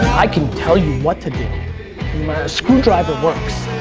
i can tell you what to do, a screwdriver works.